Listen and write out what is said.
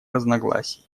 разногласий